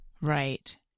Right